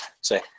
say